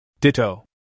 Ditto